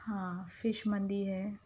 ہاں فِش مندی ہے